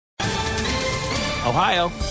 Ohio